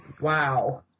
wow